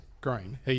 Green